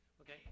Okay